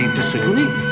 disagree